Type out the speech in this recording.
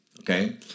okay